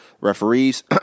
referees